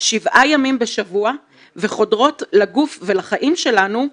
שבעה ימים בשבוע וחודרות לגוף ולחיים שלנו.